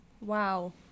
Wow